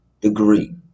degree